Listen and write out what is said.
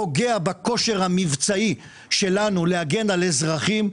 פוגע בכושר המבצעי שלנו להגן על אזרחים,